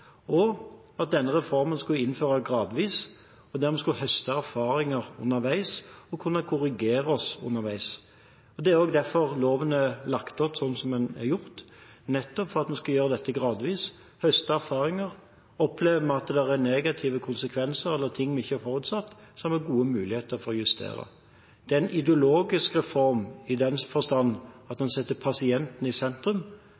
og at denne reformen skulle innføres gradvis, der man skulle høste erfaringer underveis og kunne korrigere oss underveis. Det er også derfor loven er lagt opp som den er gjort, nettopp for at vi skal kunne gjøre dette gradvis og høste erfaringer. Opplever vi at det er negative konsekvenser eller ting vi ikke har forutsatt, har vi gode muligheter for å justere. Det er en ideologisk reform i den forstand at den setter pasienten i sentrum,